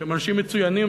שהם אנשים מצוינים,